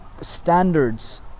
standards